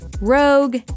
Rogue